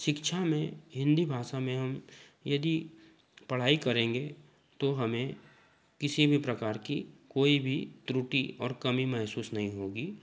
शिक्षा में हिन्दी भाषा में हम यदि पढ़ाई करेंगे तो हमे किसी भी प्रकार की कोई भी त्रुटि और कमी महसूस नहीं होगी